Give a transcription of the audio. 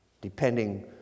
depending